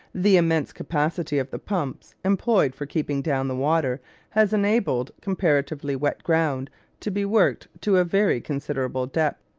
the immense capacity of the pumps employed for keeping down the water has enabled comparatively wet ground to be worked to a very considerable depth.